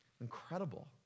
Incredible